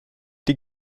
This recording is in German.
die